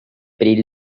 perill